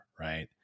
right